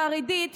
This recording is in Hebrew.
חרדית,